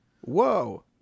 Whoa